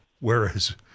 whereas